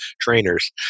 trainers